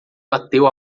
bateu